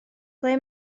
ble